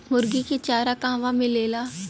मुर्गी के चारा कहवा मिलेला?